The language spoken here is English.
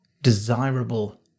desirable